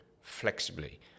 flexibly